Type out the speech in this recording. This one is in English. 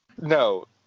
no